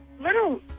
little